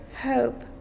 hope